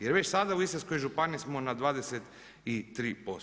Jer već sada u Istarskoj županiji smo na 23%